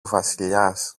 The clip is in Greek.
βασιλιάς